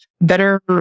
better